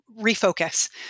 refocus